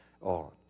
on